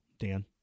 dan